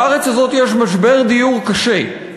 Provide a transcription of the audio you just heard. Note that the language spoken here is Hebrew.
בארץ הזאת יש משבר דיור קשה.